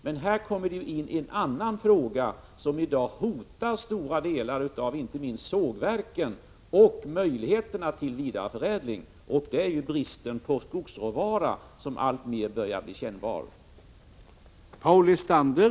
Men här kommer ju en annan fråga in som i dag hotar stora delar av inte minst sågverken och möjligheterna till vidareförädling. Det är bristen på skogsråvara, som alltmer börjar bli kännbar.